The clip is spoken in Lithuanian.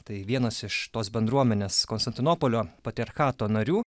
tai vienas iš tos bendruomenės konstantinopolio patriarchato narių